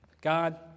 God